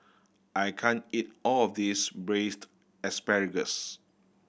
I can't eat all of this Braised Asparagus